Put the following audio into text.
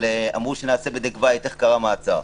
אבל אמרו: נעשה בדק בית איך קרה המעצר.